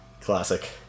classic